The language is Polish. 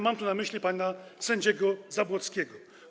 Mam tu na myśli pana sędziego Zabłockiego.